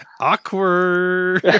Awkward